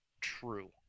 true